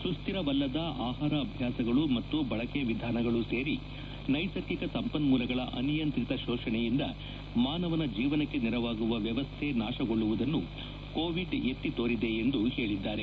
ಸುಸ್ತಿರವಲ್ಲದ ಆಹಾರ ಅಭ್ಯಾಸಗಳು ಮತ್ತು ಬಳಕೆ ವಿಧಾನಗಳು ಸೇರಿ ನೈಸರ್ಗಿಕ ಸಂಪನ್ಮೊಲಗಳ ಅನಿಯಂತ್ರಿತ ಶೋಷಣೆಯಿಂದ ಮಾನವನ ಜೀವನಕ್ಕೆ ನೆರವಾಗುವ ವ್ಯವಸ್ಥೆ ನಾಶಗೊಳ್ಳುವುದನ್ನು ಕೋವಿಡ್ ಎತ್ತಿ ತೋರಿದೆ ಎಂದು ಹೇಳಿದ್ದಾರೆ